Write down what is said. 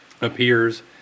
appears